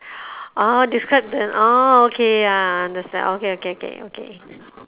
orh describe the orh okay ya I understand okay okay okay okay